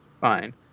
Fine